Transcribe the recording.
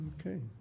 Okay